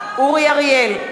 אורי אריאל,